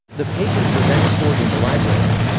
the papers were then stored in the library.